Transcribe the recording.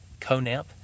CONAMP